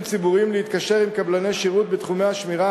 ציבוריים להתקשר עם קבלני שירות בתחומי השמירה,